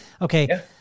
okay